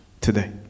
today